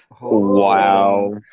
Wow